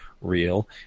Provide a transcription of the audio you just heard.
real